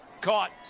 caught